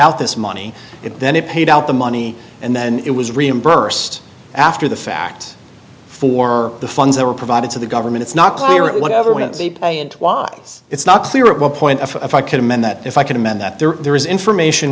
out this money then it paid out the money and then it was reimbursed after the fact for the funds that were provided to the government it's not clear it whatever we don't see why it's not clear at what point if i could amend that if i can amend that there there is information